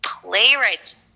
playwrights